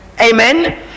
Amen